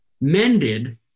mended